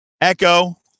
Echo